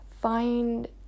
find